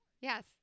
Yes